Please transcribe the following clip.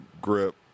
grip